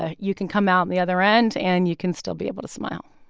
ah you can come out the other end and you can still be able to smile